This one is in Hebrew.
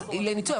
לניצול,